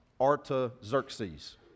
Artaxerxes